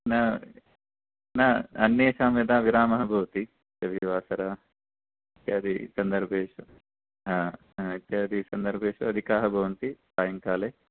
न न अन्येषां यदा विरामः भवति रविवासरः इत्यादि सन्दर्भेषु ह ह इत्यादि सन्दर्भेषु अधिकाः भवन्ति सायङ्काले